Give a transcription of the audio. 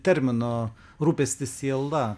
termino rūpestis siela